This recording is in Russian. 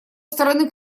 стороны